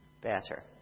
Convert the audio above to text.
better